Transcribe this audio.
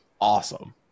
awesome